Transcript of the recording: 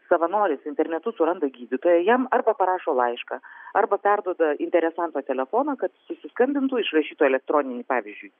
savanoris internetu suranda gydytoją jam arba parašo laišką arba perduoda interesanto telefoną kad susiskambintų išrašytų elektroninį pavyzdžiui